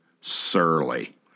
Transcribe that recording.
surly